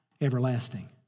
everlasting